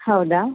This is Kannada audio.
ಹೌದಾ